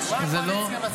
תספר את זה לאימא שלו.